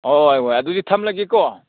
ꯍꯣꯏ ꯍꯣꯏ ꯑꯗꯨꯗꯤ ꯊꯝꯂꯒꯦꯀꯣ